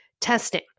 testing